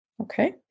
Okay